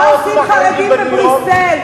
מה עושים חרדים בבריסל?